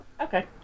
Okay